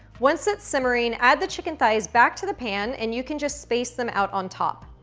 once it's simmering, add the chicken thighs back to the pan, and you can just space them out on top.